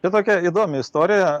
tai tokia įdomi istorija